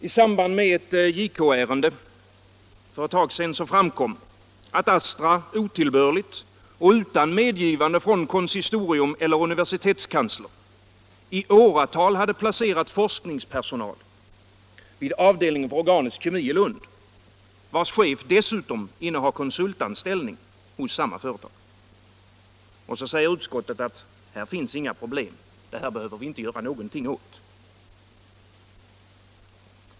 I samband med ett JK-ärende för ett tag sedan framkom, att Astra otillbörligt och utan medgivande från konsistorium eller universitetskansler i åratal hade placerat forskningspersonal vid avdelningen för organisk kemi i Lund, vars chef dessutom innehar konsultanställning hos samma företag. Och så säger utskottet, att här finns inga problem; det här behöver vi inte göra någonting åt!